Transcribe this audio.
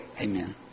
Amen